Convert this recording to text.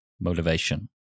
motivation